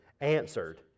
answered